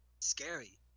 scary